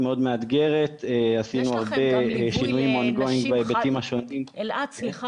ואנחנו מדברים על אנשים שיש להם